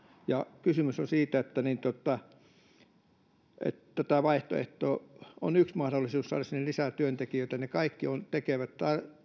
ja kysymys on siitä että tämä vaihtoehto on yksi mahdollisuus saada sinne lisää työntekijöitä he kaikki tekevät